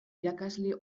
irakasle